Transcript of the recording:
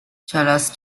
charles